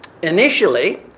Initially